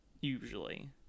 usually